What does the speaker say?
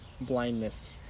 blindness